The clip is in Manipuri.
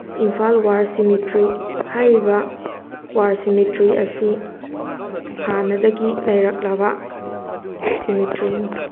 ꯏꯝꯐꯥꯜ ꯋꯥꯔ ꯁꯤꯃꯤꯇ꯭ꯔꯤ ꯍꯥꯏꯔꯤꯕ ꯋꯥꯔ ꯁꯤꯃꯤꯇ꯭ꯔꯤ ꯑꯁꯤ ꯍꯥꯟꯅꯗꯒꯤ ꯂꯩꯔꯛꯂꯕ ꯁꯤꯃꯤꯇ꯭ꯔꯤꯅꯤ